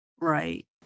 Right